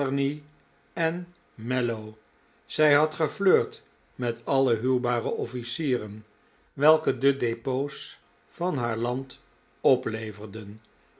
en mallow zij had geflirt met alle huwbare offlcieren welke de depots van haar land opleverden